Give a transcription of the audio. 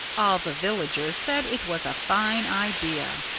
all the villagers said it was a fine idea.